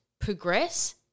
progress